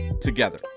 together